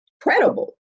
credible